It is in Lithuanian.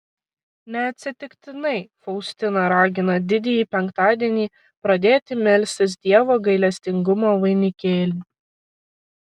neatsitiktinai faustina ragina didįjį penktadienį pradėti melstis dievo gailestingumo vainikėlį